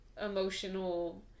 emotional